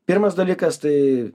pirmas dalykas tai